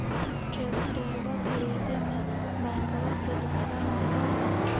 ट्रैक्टरबा खरीदे मे बैंकबा से लोंबा मिल है?